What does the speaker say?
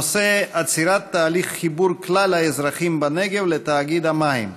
הנושא: עצירת תהליך חיבור כלל האזרחים בנגב לתאגיד המים.